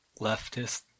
leftist